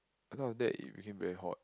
because of that it became very hot